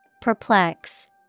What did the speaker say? Perplex